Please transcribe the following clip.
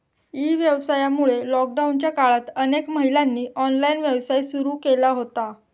E व्यवसायामुळे लॉकडाऊनच्या काळात अनेक महिलांनी ऑनलाइन व्यवसाय सुरू केला होता